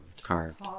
carved